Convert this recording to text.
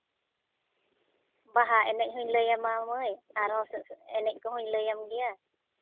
ᱵᱟᱦᱟ ᱮᱱᱮᱡ ᱦᱚᱸᱧ ᱞᱟᱹᱭ ᱟᱢᱟ ᱢᱟᱹᱭ ᱟᱨᱦᱚᱸ ᱮᱱᱮᱡ ᱠᱚᱦᱚᱸᱧ ᱞᱟᱹᱭ ᱟᱢ ᱜᱮᱭᱟ